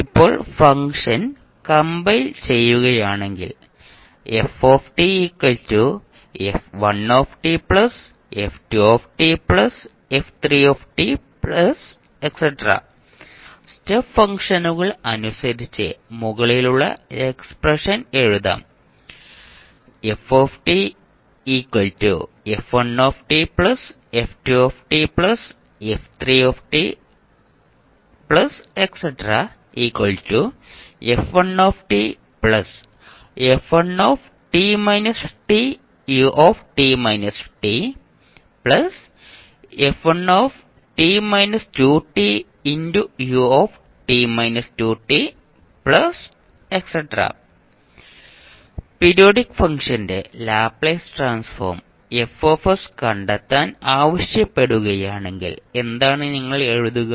ഇപ്പോൾ function compile ചെയ്യുകയാണെങ്കിൽ step ഫംഗ്ഷനുകൾ അനുസരിച്ച് മുകളിലുള്ള എക്സ്പ്രഷൻ എഴുതാം പീരിയോഡിക് ഫംഗ്ഷന്റെ ലാപ്ലേസ് ട്രാൻസ്ഫോം F കണ്ടെത്താൻ ആവശ്യപ്പെടുകയാണെങ്കിൽ എന്താണ് നിങ്ങൾ എഴുതുക